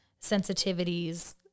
sensitivities